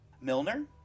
Milner